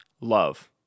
love